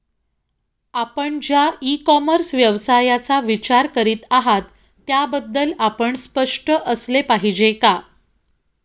आपण ज्या e commerce व्यवसायाचा विचार करीत आहात त्याबद्दल आपण स्पष्ट असले पाहिजे का?